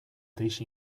deixe